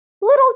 little